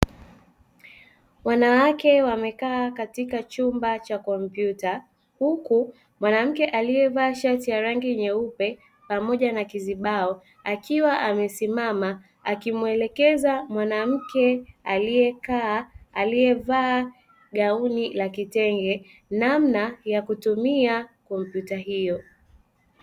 Wanawake wamekaa katika chumba cha kompyuta, huku mwanamke aliyevaa shati ya rangi nyeupe pamoja na kizibao, akiwa amesimama akimuelekeza mwanamke aliyekaa, aliyevaa gauni la kitenge namna ya kutumia kompyuta hiyo.